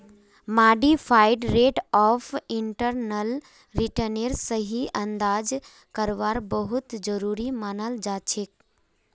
modified rate of internal रिटर्नेर सही अंदाजा करवा बहुत जरूरी मनाल जाछेक